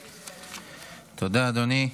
תודה, אדוני.